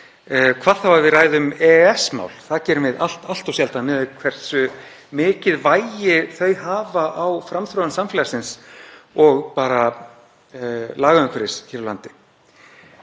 hvað þá að við ræðum EES-mál. Það gerum við allt of sjaldan miðað við hversu mikið vægi þau hafa á framþróun samfélagsins og lagaumhverfis hér á landi.